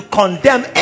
condemn